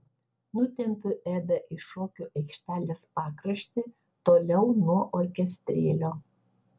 nutempiu edą į šokių aikštelės pakraštį toliau nuo orkestrėlio